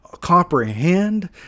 comprehend